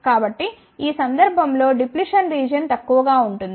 కాబట్టి ఈ సందర్భం లో డిప్లిషన్ రీజియన్ తక్కువగా ఉంటుంది